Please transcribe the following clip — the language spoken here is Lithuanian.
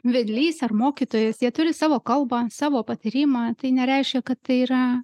vedlys ar mokytojas jie turi savo kalbą savo patyrimą tai nereiškia kad tai yra